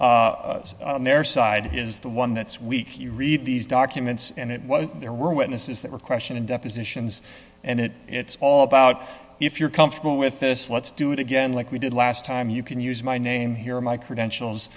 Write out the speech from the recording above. inference on their side is the one that's weak you read these documents and it was there were witnesses that were question and depositions and it it's all about if you're comfortable with this let's do it again like we did last time you can use my name here or my credentials